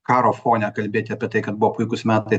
karo fone kalbėti apie tai kad buvo puikūs metai